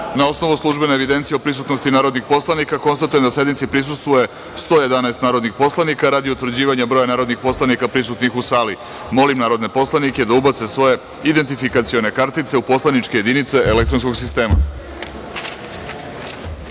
osnovu službene evidencije o prisutnosti narodnih poslanika, konstatujem da sednici prisustvuje 111 narodnih poslanika. Radi utvrđivanja broja narodnih poslanika prisutnih u sali, molim narodne poslanike da ubace svoje kartice u poslaničke jedinice elektronskog sistema.